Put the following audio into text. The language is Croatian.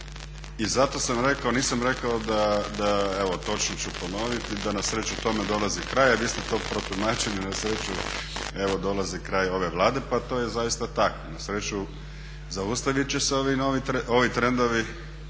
I zato sam rekao, nisam rekao da, evo točno ću ponoviti, da na sreću tome dolazi kraj, a vi ste to protumačili na sreću evo dolazi kraj ove Vlade pa to je zaista tako. Na sreću zaustavit će se ovi trendovi